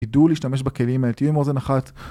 תדעו להשתמש בכלים, תהיו עם אוזן אחת